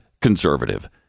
conservative